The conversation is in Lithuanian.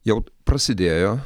jau prasidėjo